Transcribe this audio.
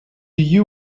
you